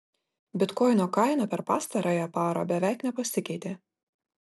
bitkoino kaina per pastarąją parą beveik nepasikeitė